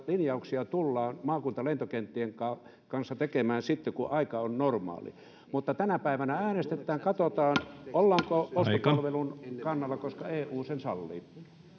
linjauksia tullaan maakuntalentokenttien kanssa kanssa tekemään sitten kun aika on normaali mutta tänä päivänä äänestetään katsotaan ollaanko ostopalvelun kannalla koska eu sen sallii